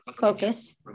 focus